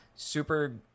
Super